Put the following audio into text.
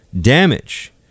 damage